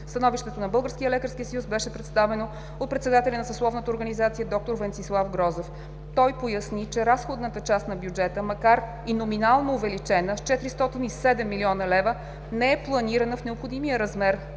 лекарски съюз беше представено от председателя на съсловната организация, д-р Венцислав Грозев. Той поясни, че разходната част на бюджета, макар и номинално увеличена с 407 млн. лв., не е планирана в необходимия размер